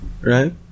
right